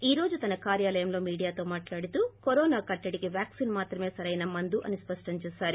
ఈ రోజు తన కార్యాలయంలో మీడియాతో మాట్లాడుతూ కరోనా కట్టడికి వ్యాక్సిన్ మాత్రమే సరైన మందు అని స్పష్టం చేశారు